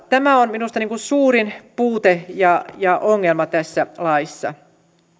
tämä on minusta suurin puute ja ja ongelma tässä laissa